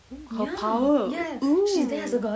oo her power oo